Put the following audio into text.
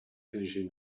finishing